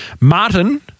Martin